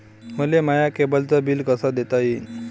मले माया केबलचं बिल कस देता येईन?